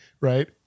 Right